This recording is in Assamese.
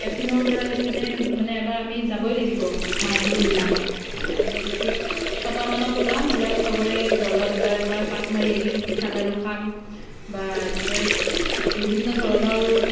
এপিনৰ পৰা সিপিনে মানে এবাৰ আমি যাবই লাগিব মাঘ বিহুৰ দিনাখন মানে আমি ঠিক ছটা মানত ওলাম ওলাই সবৰে ঘৰত এবাৰ এবাৰ পাক মাৰি আহিম পিঠা লাড়ু খাম বা এনেকৈ বিভিন্ন ধৰণৰ